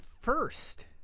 first